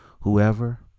whoever